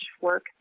work